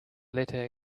letter